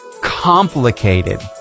complicated